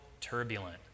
turbulent